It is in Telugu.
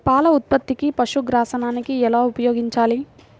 పాల ఉత్పత్తికి పశుగ్రాసాన్ని ఎలా ఉపయోగించాలి?